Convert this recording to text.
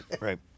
Right